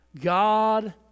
God